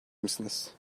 misiniz